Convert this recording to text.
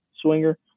swinger